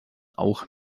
auch